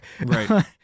Right